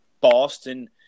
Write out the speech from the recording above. Boston